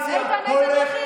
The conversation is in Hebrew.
דה-לגיטימציה, איתן, איזה דרכים?